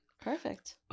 Perfect